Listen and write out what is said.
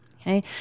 Okay